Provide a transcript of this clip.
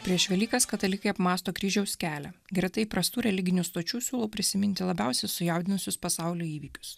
prieš velykas katalikai apmąsto kryžiaus kelią greta įprastų religinių stočių siūlau prisiminti labiausiai sujaudinusius pasaulio įvykius